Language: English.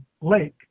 lake